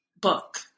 book